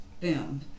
boom